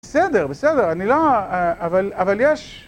בסדר, בסדר, אני לא... אבל, אבל יש.